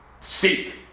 seek